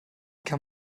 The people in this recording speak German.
kann